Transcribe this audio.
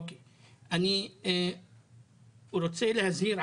אני רוצה להזהיר,